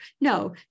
No